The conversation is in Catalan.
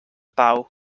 pau